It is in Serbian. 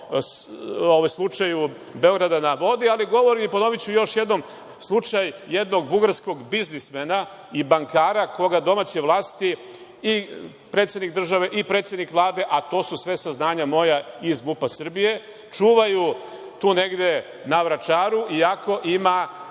o slučaju „Beograda na vodi“, ali govorim i ponoviću još jednom slučaj jednog bugarskog biznismena i bankara koga domaće vlasti i predsednik države i predsednik Vlade, a to su sve saznanja moja iz MUP-a Srbije, čuvaju tu negde na Vračaru, iako ima